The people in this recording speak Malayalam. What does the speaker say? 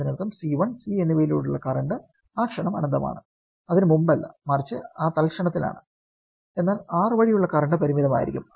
അതിനർത്ഥം C1 C എന്നിവയിലൂടെയുള്ള കറന്റ് ആ ക്ഷണം അനന്തമാണ് അതിനു മുമ്പല്ല മറിച്ച് ആ തൽക്ഷണത്തിലാണ് എന്നാൽ R വഴിയുള്ള കറന്റ് പരിമിതമായിരിക്കും